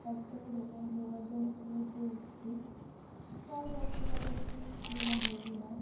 পাখিটাকে ধরবার ধরার জন্য সিঁড়ি দিয়ে উঠছি সবাই বকা ফকা করছে যে না ধরবি না